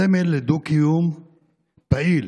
הסמל לדו-קיום פעיל